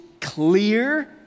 clear